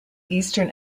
eastern